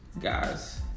guys